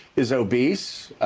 is obese.